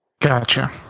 Gotcha